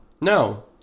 No